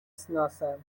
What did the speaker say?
سناسم